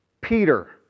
Peter